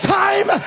time